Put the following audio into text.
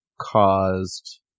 caused